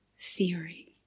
theory